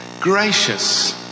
gracious